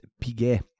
Piguet